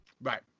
Right